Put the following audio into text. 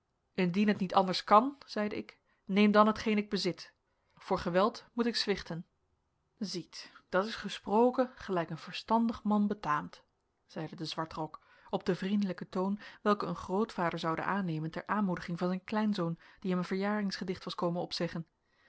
indien het niet anders kan zeide ik neem dan hetgeen ik bezit voor geweld moet ik zwichten ziet dat is gesproken gelijk een verstandig man betaamt zeide de zwartrok op den vriendelijken toon welken een grootvader zonde aannemen ter aanmoediging van zijn kleinzoon die hem een verjaringsgedicht was komen opzeggen